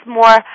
more